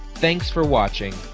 thanks for watching.